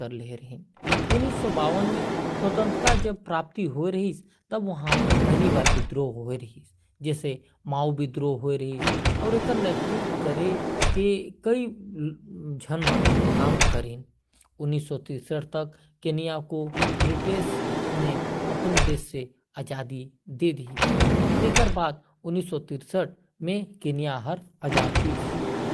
केंद्र ले बंटू विस्तार पहिली सहस्राब्दी ईस्वी तक ए क्षेत्र म पहुंच गे। केन्या एक बहु-जातीय राज्य हावय, जेकर सीमा अफ्रीका के बंटू, नीलो-सहारा अउ एफ्रो-एशियाई जातीय-भाषाई क्षेत्र के चौराहे म आधुनिक राज्य के संग हावय।